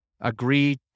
agree